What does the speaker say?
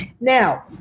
Now